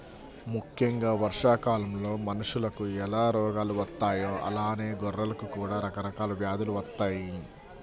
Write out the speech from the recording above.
ముక్కెంగా వర్షాకాలంలో మనుషులకు ఎలా రోగాలు వత్తాయో అలానే గొర్రెలకు కూడా రకరకాల వ్యాధులు వత్తయ్యి